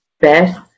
best